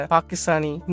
Pakistani